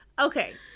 Okay